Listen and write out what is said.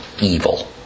evil